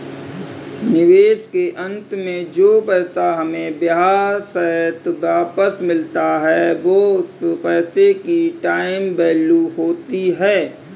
निवेश के अंत में जो पैसा हमें ब्याह सहित वापस मिलता है वो उस पैसे की टाइम वैल्यू होती है